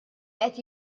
qed